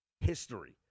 history